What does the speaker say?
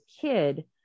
kid